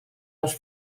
les